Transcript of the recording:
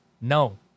No